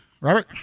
Robert